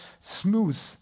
smooth